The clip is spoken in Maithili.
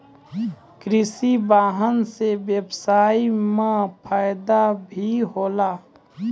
कृषि वाहन सें ब्यबसाय म फायदा भी होलै